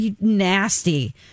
nasty